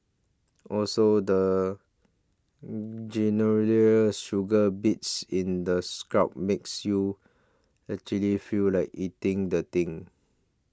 also the sugar bits in the scrub makes you actually feel like eating the thing